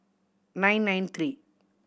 nine nine three